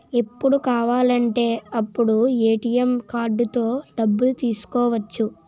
ఎప్పుడు కావాలంటే అప్పుడు ఏ.టి.ఎం కార్డుతో డబ్బులు తీసుకోవచ్చు